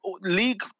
league